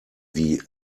wie